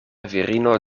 virino